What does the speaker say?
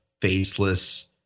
faceless